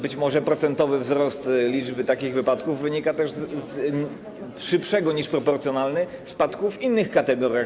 Być może procentowy wzrost liczby takich wypadków wynika też z szybszego niż proporcjonalny spadku w innych kategoriach.